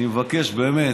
אני מבקש, באמת,